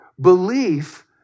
Belief